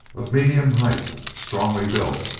of medium height, strongly built,